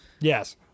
Yes